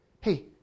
hey